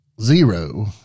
Zero